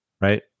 right